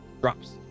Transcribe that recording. drops